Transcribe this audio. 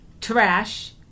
trash